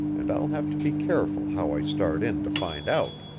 and i'll have to be careful how i start in to find out.